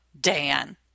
Dan